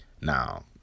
Now